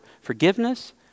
forgiveness